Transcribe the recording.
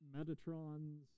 Metatron's